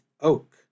oak